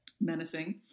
menacing